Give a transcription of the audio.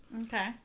Okay